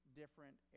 different